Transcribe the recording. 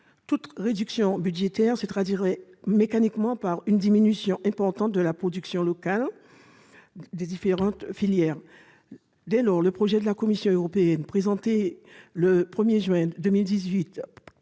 Toute réduction budgétaire se traduira mécaniquement par une diminution importante de la production locale dans les différentes filières. Dès lors, le projet de la Commission européenne, présenté le 1 juin